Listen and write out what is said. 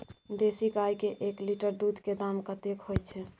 देसी गाय के एक लीटर दूध के दाम कतेक होय छै?